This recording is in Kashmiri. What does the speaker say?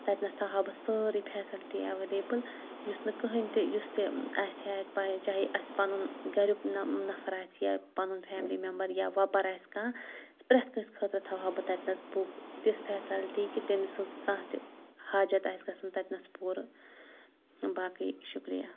تَتِنَس تھاوہا بہٕ سٲرٕے فیسَلٹی ایویلیبٕل یُتھ نہٕ کٕہٕنۍ تہِ یُس تہِ آسہِ ہا اَسہِ باہے چاہے اَسہِ پَںُن گریُٚک نفر آسہِ یا پَنُن فیملی میمبَر یا وۄپَر آسہِ کانٛہہ پرٮ۪تھ کٲنٛسہِ خٲطرٕ تھاوہا بہٕ تَتِنَس بُکہٕ تِژھ فیسَلٹی کہِ تٔمۍ سٕنٛز کانٛہہ تہِ حاجت آسہِ گژھان تَتِنَس پوٗرٕ باقٕے شُکریہ